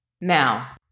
Now